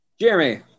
Jeremy